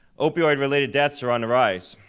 opioid-related deaths are on the rise.